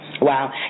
Wow